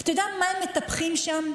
אתה יודע מה מטפחים שם?